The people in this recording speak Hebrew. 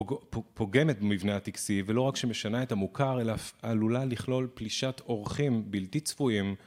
פוגמת במבנה הטקסי, ולא רק שמשנה את המוכר, אלא עלולה לכלול פלישת אורחים בלתי צפויים